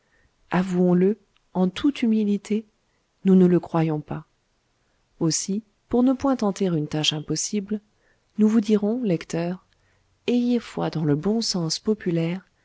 avouons-le en toute humilité nous ne la croyons pas aussi pour ne point tenter une tâche impossible nous vous dirons lecteurs ayez foi dans le bon sens populaire